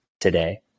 today